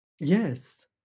Yes